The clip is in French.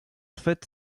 fait